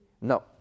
No